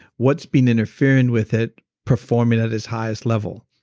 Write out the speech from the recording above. what's been interfering with it performing at its highest level.